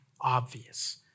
obvious